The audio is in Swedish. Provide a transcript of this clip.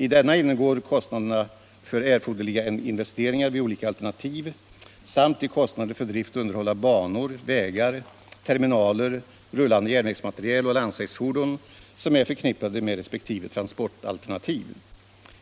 I denna ingår kostnaderna för erforderliga investeringar vid olika alternativ samt de kostnader för drift och underhåll av banor, vägar, terminaler, rullande järnvägsmateriel och landsvägsfordon som är förknippade med resp. transportalternativ.